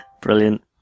Brilliant